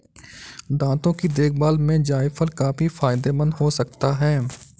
दांतों की देखभाल में जायफल काफी फायदेमंद हो सकता है